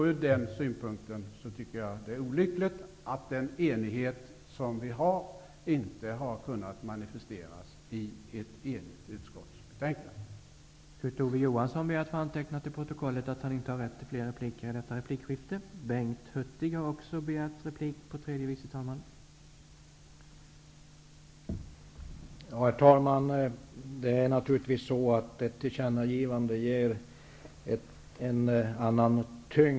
Ur den synpunkten tycker jag det är olyckligt att den enighet som finns mellan oss inte har kunnat manifesteras i ett enigt utskottsbetänkande.